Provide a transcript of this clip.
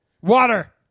water